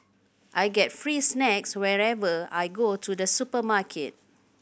I get free snacks whenever I go to the supermarket